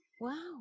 Wow